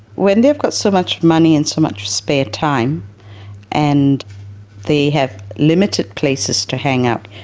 when they've got so much money and so much spare time and they have limited places to hang out,